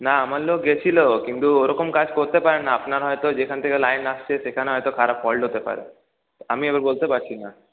না আমার লোক গেছিল কিন্তু ওরকম কাজ করতে পারে না আপনার হয়তো যেখান থেকে লাইন আসছে সেখানে হয়তো খারাপ ফল্ট হতে পারে আমি বলতে পারছি না